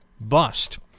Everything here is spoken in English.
bust